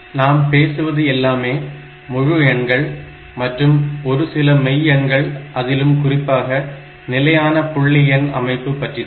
நாம் பேசுவது எல்லாமே முழு எண்கள் மற்றும் ஒரு சில மெய்யெண்கள் அதிலும் குறிப்பாக நிலையான புள்ளி எண் அமைப்பு பற்றிதான்